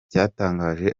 cyatangaje